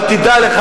אבל תדע לך,